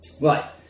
Right